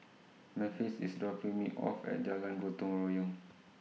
Memphis IS dropping Me off At Jalan Gotong Royong